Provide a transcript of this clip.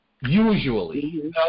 usually